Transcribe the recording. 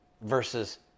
versus